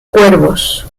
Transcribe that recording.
cuervos